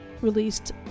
released